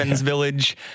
village